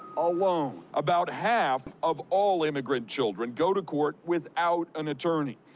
alone. about half of all immigrant children go to court without an attorney.